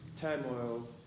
turmoil